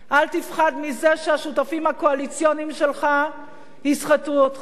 אל תפחד מזה שהשותפים הקואליציוניים שלך יסחטו אותך.